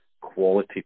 quality